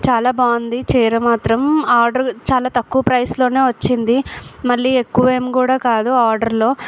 చాలా బాగుంది చీర మాత్రం ఆర్డర్ చాలా తక్కువ ప్రైస్లో వచ్చింది మళ్ళీ ఎక్కువ ఏమి కూడా కాదు ఆర్డర్లో